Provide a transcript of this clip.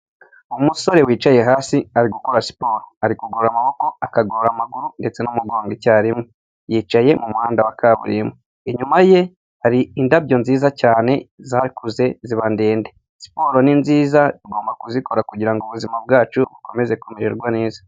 Umusore wicaye hasi ari gukora siporo, ari kugorora amaboko akagorora amaguru ndetse n'umugongo icyarimwe, yicaye mu muhanda wa kaburimbo, inyuma ye hari indabyo nziza cyane zakuze ziba ndende. Siporo ni nziza tugomba kuzikora kugira ngo ubuzima bwacu bukomeze kumererwa neza.